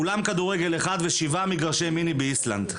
אולם כדורגל אחד ושבעה מגרשי מיני באיסלנד.